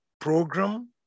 program